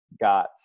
got